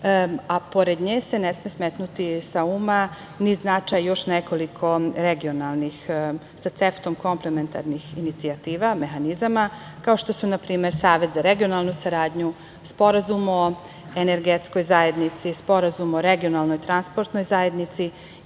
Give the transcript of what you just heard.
a pored nje se ne sme smetnuti sa uma ni značaj još nekoliko regionalnih sa CEFTA komplementarnih inicijativa, mehanizama, kao što su na primer Savet za regionalnu saradnju, Sporazum o Energetskoj zajednici, Sporazum o Regionalnoj transportnoj zajednici